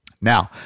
Now